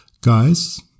Guys